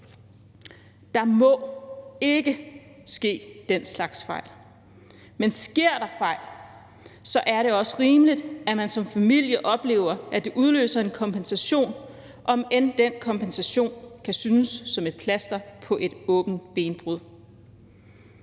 Der må ikke ske den slags fejl, men sker der fejl, er det også rimeligt, at man som familie oplever, at det udløser en kompensation, om end den kompensation kan synes som et plaster på et åbent benbrud.